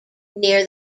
near